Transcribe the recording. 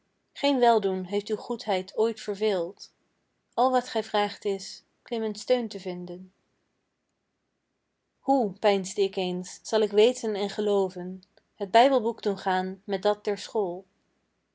geen weldoen heeft uw goedheid ooit verveeld al wat gij vraagt is klimmend steun te vinden hoe peinsde ik eens zal k weten en gelooven het bijbelboek doen gaan met dat der school